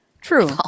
True